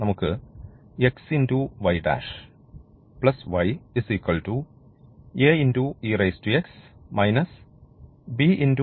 നമുക്ക് എന്നുകിട്ടുന്നു